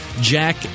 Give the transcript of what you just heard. Jack